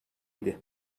idi